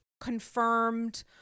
confirmed